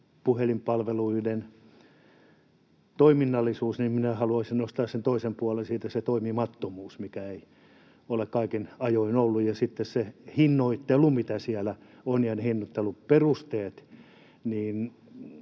puhelinpalveluiden toiminnallisuudesta, sen toisen puolen siitä, sen toimimattomuuden, mitä on aika ajoin ollut, ja sitten sen hinnoittelun ja hinnoitteluperusteet,